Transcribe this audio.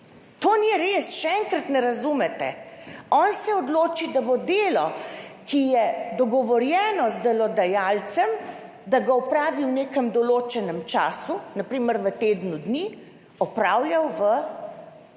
to ni res. Še enkrat, ne razumete! On se odloči, da bo delo, za katero je dogovorjeno z delodajalcem, da ga opravi v nekem določenem času, na primer v tednu dni, opravljal v